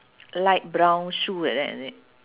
light brown shoe like that is it